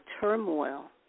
turmoil